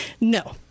No